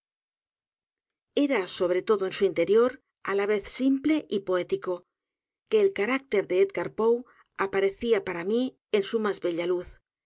sobre todo en su interiora la vez simple y poético que el carácter de e d g a r poe aparecía p a r a mí en su más bella luz